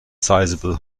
sizeable